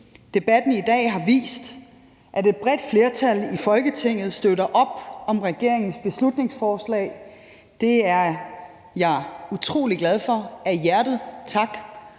Debatten i dag har vist, at et bredt flertal i Folketinget støtter op om regeringens beslutningsforslag. Det er jeg utrolig glad for – af hjertet tak